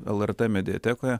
lrt mediatekoje